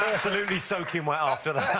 absolutely soaking wet after